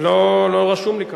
לא רשום לי כאן.